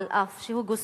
אף שהוא גוסס.